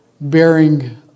bearing